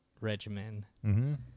regimen